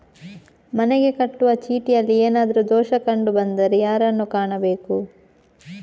ಮನೆಗೆ ಕಟ್ಟುವ ಚೀಟಿಯಲ್ಲಿ ಏನಾದ್ರು ದೋಷ ಕಂಡು ಬಂದರೆ ಯಾರನ್ನು ಕಾಣಬೇಕು?